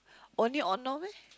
only meh